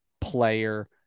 player